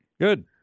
good